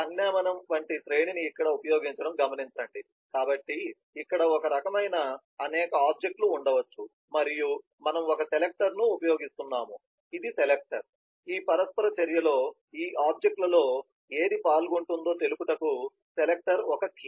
సంజ్ఞామానం వంటి శ్రేణిని ఇక్కడ ఉపయోగించడం గమనించండి కాబట్టి ఇక్కడ ఒకే రకమైన అనేక ఆబ్జెక్ట్ లు ఉండవచ్చు మరియు మనము ఒక సెలెక్టర్ను ఉపయోగిస్తున్నాము ఇది సెలెక్టర్ ఈ పరస్పర చర్యలో ఈ ఆబ్జెక్ట్ లలో ఏది పాల్గొంటుందో తెలుపుటకు సెలెక్టర్ కీ